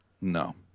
No